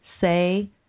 say